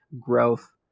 growth